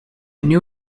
knew